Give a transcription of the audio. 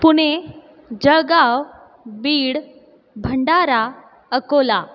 Pune Jalgaon Beed Bhandara Akola